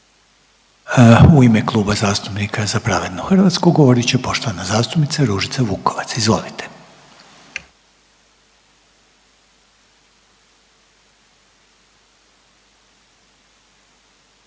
u ime Kluba zastupnika Za pravednu Hrvatsku poštovane zastupnice Ružice Vukovac.